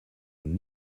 een